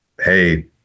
hey